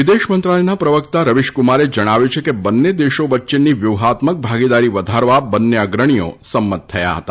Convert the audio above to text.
વિદેશમંત્રાલયના પ્રવકતા રવિશકુમારે જણાવ્યુંં છે કે બંને દેશો વચ્ચેની વ્યૂહાત્મક ભાગીદારી વધારવા બંને અગ્રણીઓ સંમત થયા હતા